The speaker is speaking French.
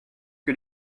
que